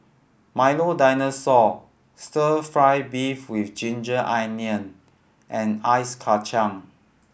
Milo Dinosaur Stir Fry beef with ginger onion and ice kacang